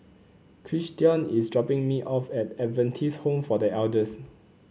Christion is dropping me off at Adventist Home for The Elders